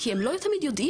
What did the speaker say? כי הם לא תמיד יודעים